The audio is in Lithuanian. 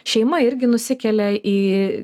šeima irgi nusikelia į